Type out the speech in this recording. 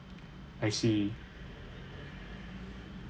I see